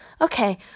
okay